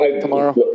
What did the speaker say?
tomorrow